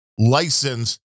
License